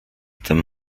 tym